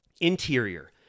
Interior